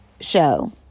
show